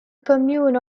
commune